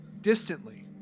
distantly